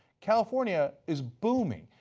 california is booming.